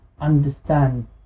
Understand